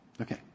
Okay